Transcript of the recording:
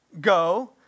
go